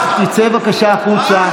תצא בבקשה החוצה.